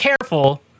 careful